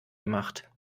gemacht